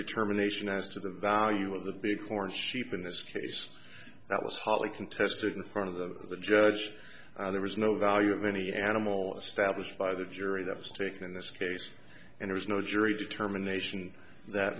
determination as to the value of the big horn sheep in this case that was hotly contested in front of the judge there was no value of any animal established by the jury that was taken in this case and there is no jury determination that